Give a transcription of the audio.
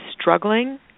struggling